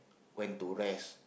when to rest